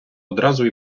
одразу